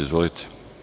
Izvolite.